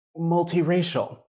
multiracial